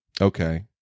Okay